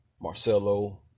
Marcelo